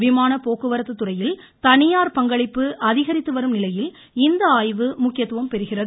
விமானப் போக்குவரத்து துறையில் தனியார் பங்களிப்பு அதிகரித்து வரும் நிலையில் இந்த ஆய்வு முக்கியத்துவம் பெறுகிறது